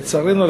לצערנו,